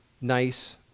nice